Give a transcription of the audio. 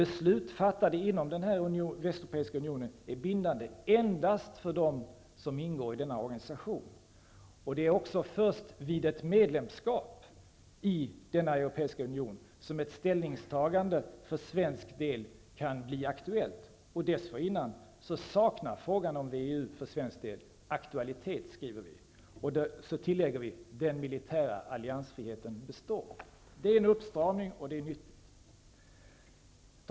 Beslut fattade inom WEU är bindande endast för dem som ingår i den organisationen. Det är först vid ett medlemskap i Västeuropeiska unionen som ett ställningstagande för svensk del kan bli aktuellt. Dessförinnan saknar frågan om WEU för svensk del aktualitet, skriver vi och tillägger att den militära alliansfriheten består. Det är en uppstramning, och det är nyttigt.